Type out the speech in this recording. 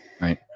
right